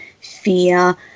fear